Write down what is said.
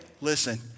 listen